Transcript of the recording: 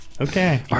Okay